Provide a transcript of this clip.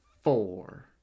four